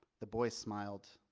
the boy smiled.